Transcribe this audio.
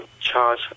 charge